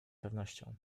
pewnością